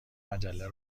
مجله